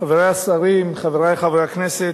חברי השרים, חברי חברי הכנסת,